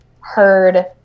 heard